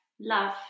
love